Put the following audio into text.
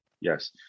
Yes